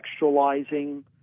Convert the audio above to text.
contextualizing